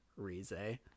rize